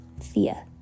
Thea